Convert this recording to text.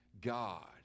god